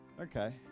okay